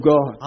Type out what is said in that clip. God